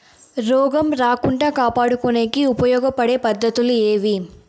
రోగం రాకుండా కాపాడుకునేకి ఉపయోగపడే పద్ధతులు ఏవి?